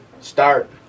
start